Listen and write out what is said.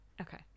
okay